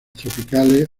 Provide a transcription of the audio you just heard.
tropicales